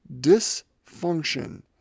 dysfunction